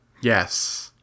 yes